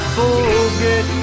forget